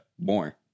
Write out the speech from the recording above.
more